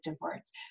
words